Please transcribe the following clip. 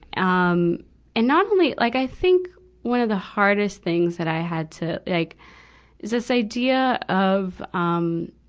um and not only, like i think one of the hardest things that i had to, like, it's this idea of, um,